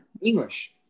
English